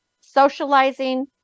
socializing